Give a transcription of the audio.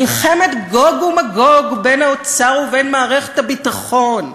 מלחמת גוג ומגוג בין האוצר לבין מערכת הביטחון,